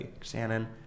Shannon